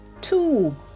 two